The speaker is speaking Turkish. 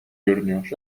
görünüyor